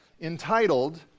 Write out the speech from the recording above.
entitled